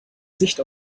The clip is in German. sicht